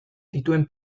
dituen